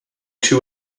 two